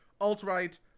alt-right